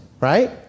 right